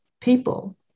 people